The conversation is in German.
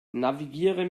navigiere